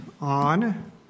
on